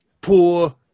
poor